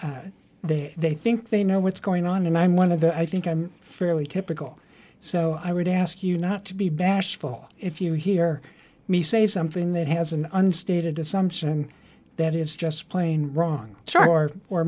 or they think they know what's going on and i'm one of the i think i'm fairly typical so i would ask you not to be bashful if you hear me say something that has an unstated assumption that it's just plain wrong sure or